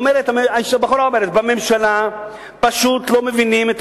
הבחורה אומרת: בממשלה פשוט לא מבינים את